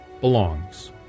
belongs